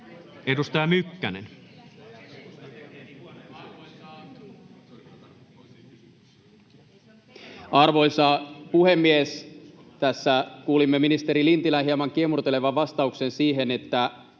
16:33 Content: Arvoisa puhemies! Tässä kuulimme ministeri Lintilän hieman kiemurtelevan vastauksen, että